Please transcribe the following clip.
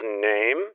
name